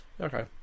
okay